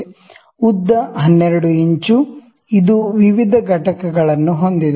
ಉದ್ದ 12 ಇಂಚು ಇದು ವಿವಿಧ ಘಟಕಗಳನ್ನು ಹೊಂದಿದೆ